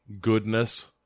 goodness